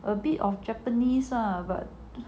a bit of japanese lah but